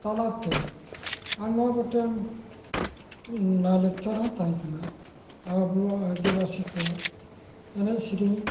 ᱛᱟᱞᱟᱛᱮ ᱟᱭᱢᱟ ᱜᱚᱴᱮᱱ ᱞᱟᱭ ᱞᱟᱠᱪᱟᱨ ᱦᱚᱸ ᱛᱟᱦᱮᱸᱠᱟᱱᱟ ᱟᱵᱚᱣᱟᱜ ᱟ ᱫᱤᱵᱟ ᱥᱤ ᱠᱚᱣᱟᱜ ᱮᱱᱮᱡᱼᱥᱮᱨᱮᱧ